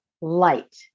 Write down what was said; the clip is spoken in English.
light